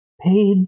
Paid